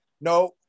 no